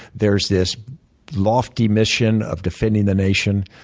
there's this lofty mission of defending the nation.